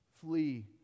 flee